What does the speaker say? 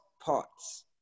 parts